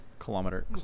Kilometer